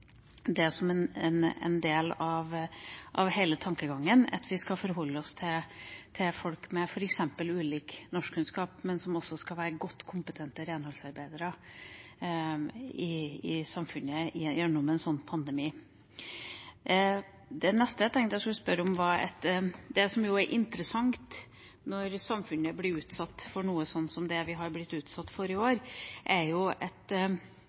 hele tankegangen at vi skal forholde oss til folk med f.eks. ulike norskkunnskaper, men som skal være gode, kompetente renholdsarbeidere i samfunnet gjennom en pandemi. Det neste jeg tenkte jeg skulle spørre om, gjelder følgende: Det som er interessant når samfunnet blir utsatt for noe som slikt vi er blitt utsatt for i år, er at